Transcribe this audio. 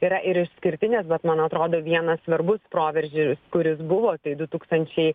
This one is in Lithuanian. yra ir išskirtinės bet man atrodo vienas svarbus proveržis kuris buvo du tūkstančiai